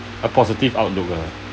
a positive outlook uh